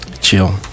Chill